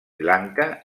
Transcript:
lanka